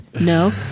no